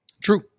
True